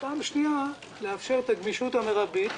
ופעם שנייה, לאפשר את הגמישות המרבית